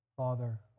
Father